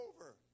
over